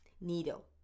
needle